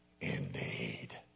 indeed